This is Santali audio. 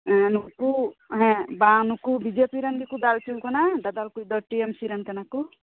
ᱦᱮ ᱸ ᱱᱩᱠᱩ ᱦᱮᱸ ᱵᱟᱝ ᱵᱤᱡᱮᱯᱤ ᱨᱮᱱ ᱜᱮᱠᱚ ᱫᱟᱞ ᱚᱪᱚ ᱟᱠᱟᱱᱟ ᱫᱟᱫᱟᱞ ᱠᱚᱣᱤᱡ ᱫᱚ ᱴᱤ ᱮᱢ ᱥᱤ ᱨᱮᱱ ᱠᱟᱱᱟ ᱠᱚ